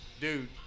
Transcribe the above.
dude